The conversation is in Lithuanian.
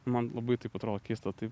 man labai taip atrodo keista tai